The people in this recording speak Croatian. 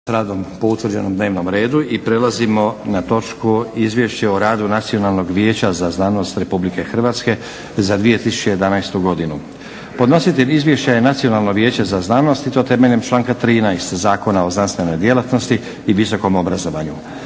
sa radom po utvrđenom dnevnom redu i prelazimo na točku - Izvješće o radu Nacionalnog vijeća za znanost Republike Hrvatske za 2011. godinu Podnositelj Izvješća je Nacionalno vijeće za znanost i to temeljem članka 13. Zakona o znanstvenoj djelatnosti i visokom obrazovanju.